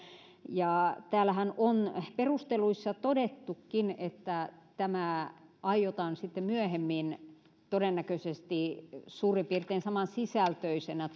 ja täällähän on perusteluissa todettukin että tämä aiotaan sitten myöhemmin todennäköisesti suurin piirtein samansisältöisenä